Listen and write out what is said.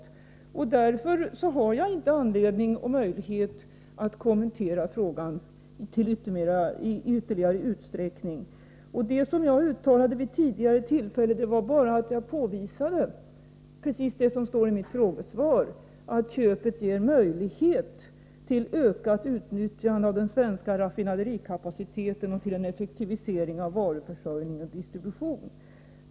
Därför har jag inte anledning och möjlighet att kommentera frågan ytterligare. Det som jag uttalade vid ett tidigare tillfälle var enbart att jag påvisade det som står i mitt frågesvar, att köpet ger möjlighet till ökat utnyttjande av den svenska raffinaderikapaciteten och till en effektivisering av varuförsörjning och distribution.